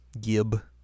Gib